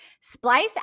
Splice